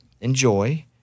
Enjoy